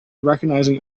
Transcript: recognizing